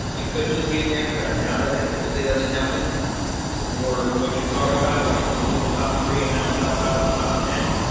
it could just be a dance, but i doubt it that typically doesn't happen for what you're talking about. like it was in the top three, and now it's outside of the top ten.